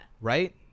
Right